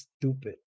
stupid